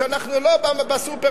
שאנחנו לא ב"סופר-טנקר".